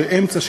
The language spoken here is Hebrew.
שאמצע,